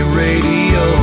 radio